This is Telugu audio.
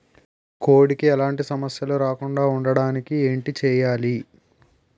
కోడి కి ఎలాంటి సమస్యలు రాకుండ ఉండడానికి ఏంటి చెయాలి?